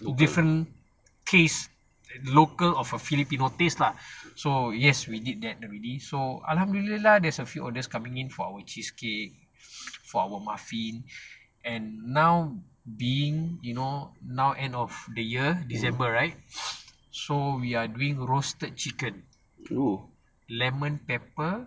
different taste local of a filipino taste lah so yes we did that already so alhamdulillah there's a few orders coming in for our cheesecake for our muffin and now being you know now end of the year december right so we are doing roasted chicken lemon pepper